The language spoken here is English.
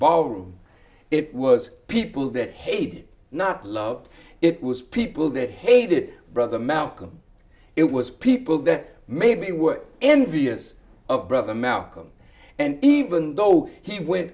ballroom it was people that hey did not love it was people that hated brother malcolm it was people that maybe were envious of brother malcolm and even though he went